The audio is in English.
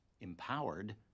empowered